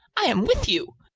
i am with you.